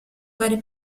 vari